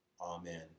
Amen